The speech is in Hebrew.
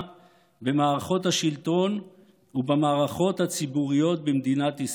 במערכות השלטון ובמערכות הציבוריות במדינת ישראל.